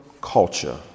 culture